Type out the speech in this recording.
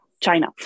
China